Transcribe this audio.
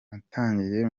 natangiye